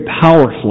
powerfully